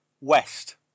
West